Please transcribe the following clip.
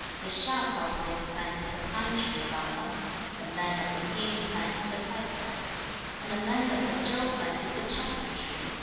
the hsia sovereign planted the pine tree about them the men of the yin planted the cypress and the men of the chau planted the chestnut tree,